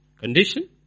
condition